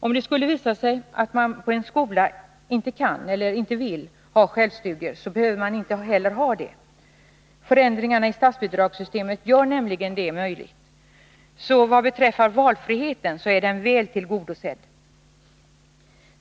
Om det skulle visa sig att man på en skola inte kan eller vill ha självstudier behöver man inte heller ha det. Förändringarna i statsbidragssystemet gör det nämligen möjligt för skolledningen att själv avgöra detta. Valfriheten är alltså väl tillgodosedd.